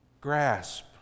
grasp